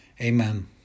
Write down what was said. Amen